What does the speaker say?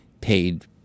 paid